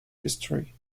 history